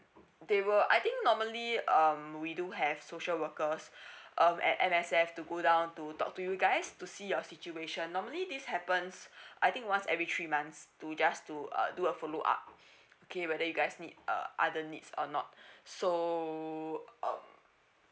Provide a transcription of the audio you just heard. they will I think normally um we do have social workers um at M_S_F to go down to talk to you guys to see your situation normally this happens I think once every three months to just to uh do a follow up okay whether you guys need uh other needs or not so um